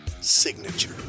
signature